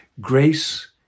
Grace